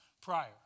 prior